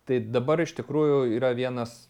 tai dabar iš tikrųjų yra vienas